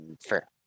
Fair